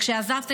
חברת הכנסת